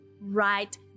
Right